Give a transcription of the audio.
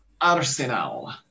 Arsenal